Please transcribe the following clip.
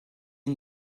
une